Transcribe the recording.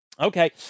Okay